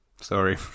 Sorry